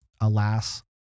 Alas